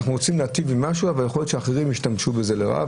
אנחנו רוצים להיטיב עם משהו אבל יכול להיות שאחרים ישתמשו בזה לרעה,